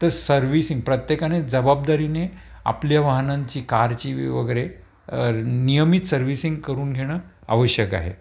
तर सर्व्हिसिंग प्रत्येकाने जबाबदारीने आपल्या वाहनांची कारची वगरे नियमित सर्व्हिसिंग करून घेणं आवश्यक आहे